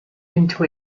into